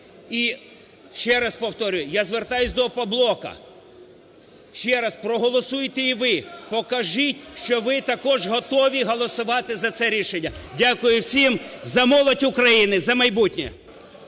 І ще раз повторюю, я звертаюсь до "Опоблоку" ще раз: проголосуйте і ви, покажіть, що ви також готові голосувати за це рішення. Дякую всім. За молодь України, за майбутнє!